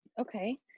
Okay